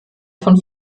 von